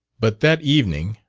but that evening,